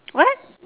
what